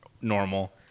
normal